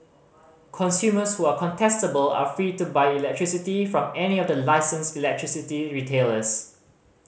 consumers who are contestable are free to buy electricity from any of the licensed electricity retailers